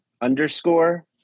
underscore